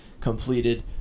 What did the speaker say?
completed